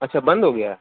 اچھا بند ہو گیا